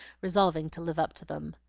resolving to live up to them.